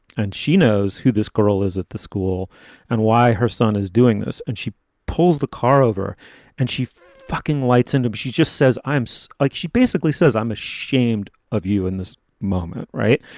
and she knows who this girl is at the school and why her son is doing this. and she pulls the car over and she fucking lights and but she just says items like she basically says, i'm ashamed of you in this moment. right.